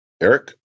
Eric